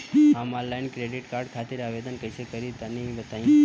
हम online credit card खातिर आवेदन कइसे करि तनि बताई?